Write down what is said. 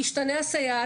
תשתנה הסייעת,